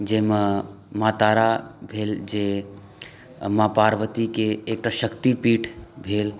जाहिमे माँ तारा भेल जे माँ पार्वतीके एकटा शक्ति पीठ भेल